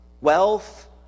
Wealth